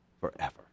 forever